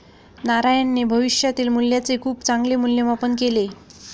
नारायणने भविष्यातील मूल्याचे खूप चांगले मूल्यमापन केले